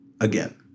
again